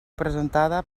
presentada